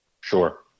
Sure